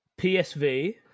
PSV